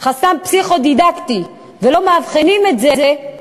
חסם פסיכו-דידקטי ולא מאבחנים את זה,